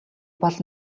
бол